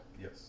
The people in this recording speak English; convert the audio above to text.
Yes